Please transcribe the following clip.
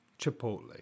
Chipotle